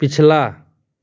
पिछला